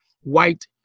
white